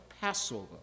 Passover